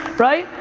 right,